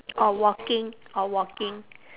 or walking or walking